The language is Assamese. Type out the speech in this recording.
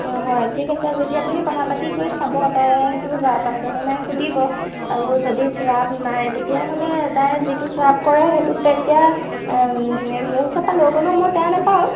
অঁ হয় ঠিক আছে যদি আপুনি কথা পাতি কৰি চাব তাই সেইটো ৰাপ আছেনে নাই সুধিব আৰু যদি ৰাপ নাই তেতিয়াহ'লে তাই যিটোত ৰাপ কৰে সেইটো তেতিয়া মোৰ ওচৰৰ পৰা লৈ গ'লেও মই বেয়া নাপাওঁ